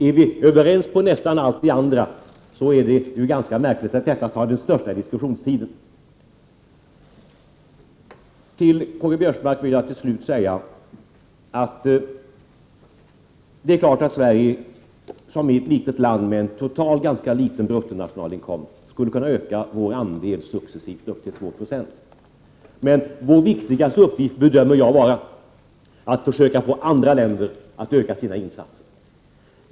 Är vi överens om nästan allt det andra, är det ju ganska märkligt att den frågan tar den största delen av diskussionstiden. Till Karl-Göran Biörsmark vill jag till slut säga att det är klart att Sverige, som är ett litet land med en totalt sett ganska liten bruttonationalinkomst, successivt skulle kunna öka biståndsandelen upp till 2 96. Jag bedömer emellertid att vår viktigaste uppgift är att försöka få andra länder att öka sina insatser.